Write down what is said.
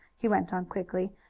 he went on quickly,